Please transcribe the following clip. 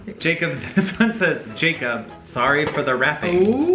jacob, this one says, jacob, sorry for the wrapping. ooh.